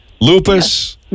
lupus